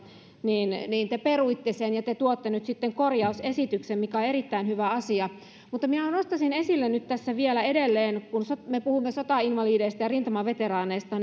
niin niin te peruitte sen ja te tuotte nyt sitten korjausesityksen mikä on erittäin hyvä asia mutta minä nostaisin esille nyt tässä vielä edelleen kun me puhumme sotainvalideista ja rintamaveteraaneista